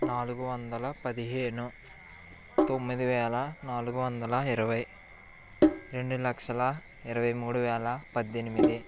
నాలుగు వందల పదిహేను తొమ్మిది వేల నాలుగు వందల ఇరవై రెండు లక్షల ఇరవై మూడు వేల పద్దెనిమిది